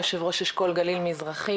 יושב ראש אשכול גליל מזרחי,